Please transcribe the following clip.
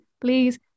please